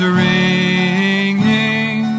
ringing